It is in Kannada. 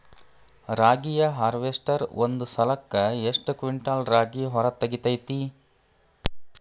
ರಾಗಿಯ ಹಾರ್ವೇಸ್ಟರ್ ಒಂದ್ ಸಲಕ್ಕ ಎಷ್ಟ್ ಕ್ವಿಂಟಾಲ್ ರಾಗಿ ಹೊರ ತೆಗಿತೈತಿ?